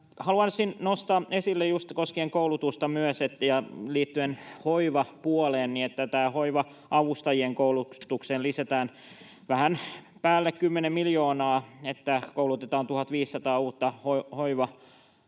Haluaisin nostaa esille myös koskien koulutusta ja liittyen hoivapuoleen, että hoiva-avustajien koulutukseen lisätään vähän päälle kymmenen miljoonaa, niin että koulutetaan 1 500 uutta hoiva-avustajaa